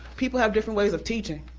people have different ways of teaching,